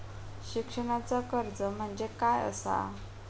शिक्षणाचा कर्ज म्हणजे काय असा?